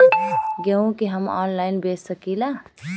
गेहूँ के हम ऑनलाइन बेंच सकी ला?